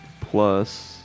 plus